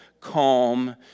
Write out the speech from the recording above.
calm